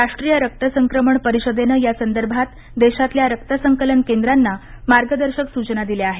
राष्ट्रीय रक्तसंक्रमण परिषदेन या संदर्भात देशातल्या रक्त संकलन केंद्राना मार्गदर्शक सूचना दिल्या आहेत